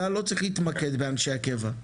אתה לא צריך להתמקד באנשי הקבע.